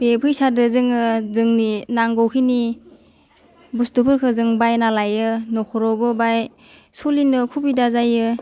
बे फैसादो जोङो जोंनि नांगौ खिनि बुस्टुफोरखौ जों बायना लायो नखरावबो बाङाइ सोलिनो असुबिदा जायो